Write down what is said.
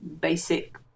basic